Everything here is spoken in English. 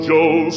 Joe